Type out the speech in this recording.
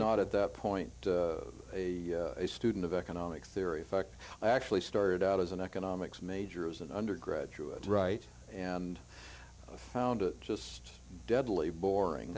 not at that point a student of economics theory fact i actually started out as an economics major as an undergraduate right and found it just deadly boring